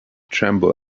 tremble